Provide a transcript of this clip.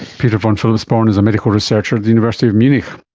peter von philipsborn is a medical researcher at the university of munich